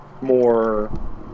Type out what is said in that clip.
more